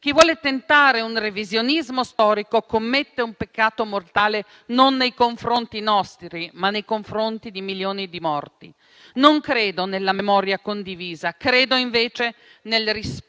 chi vuole tentare un revisionismo storico, commette un peccato mortale nei confronti non nostri, ma di milioni di morti. Non credo nella memoria condivisa: credo invece nel rispetto